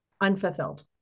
unfulfilled